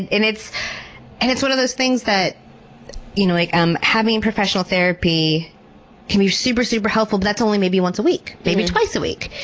and and it's and it's one of those things, that you know like um having professional therapy can super, super helpful, but that's only maybe once a week, maybe twice a week,